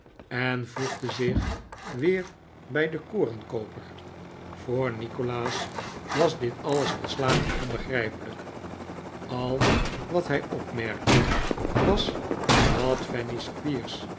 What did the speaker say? en voegde zich weer bij den korenkooper voor nikolaas was dit alles volslagen onbegrijpelijk al wat hij opmerkte was dat fanny